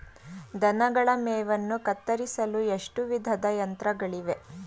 ದನಗಳ ಮೇವನ್ನು ಕತ್ತರಿಸಲು ಎಷ್ಟು ವಿಧದ ಯಂತ್ರಗಳಿವೆ?